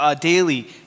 daily